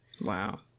Wow